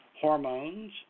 hormones